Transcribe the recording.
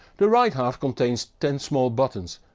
the right half contains ten small buttons,